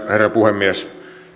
herra puhemies